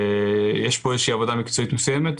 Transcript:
יש פה עבודה מקצועית מסוימת.